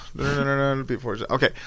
Okay